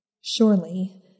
Surely